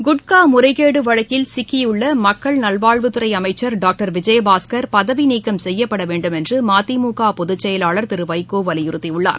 குட்கா முறைகேடு வழக்கில் சிக்கியுள்ள மக்கள் நல்வாழ்வுத்துறை அமைச்சர் டாக்டர் விஜயபாஸ்கர் பதவிநீக்கம் செய்யப்பட வேண்டுமென்று மதிமுக பொதுச்செயவாளர் திரு வைகோ வலியுறுத்தியுள்ளார்